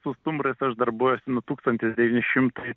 su stumbrais aš darbuojasi nuo tūkstantis devyni šimtai